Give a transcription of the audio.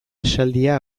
esaldia